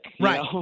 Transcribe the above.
Right